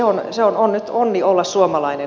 on nyt onni olla suomalainen